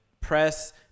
press